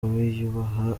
wiyubaha